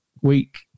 week